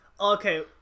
okay